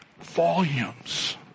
volumes